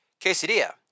quesadilla